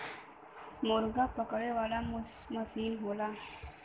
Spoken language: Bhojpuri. मुरगा पकड़े वाला मसीन होला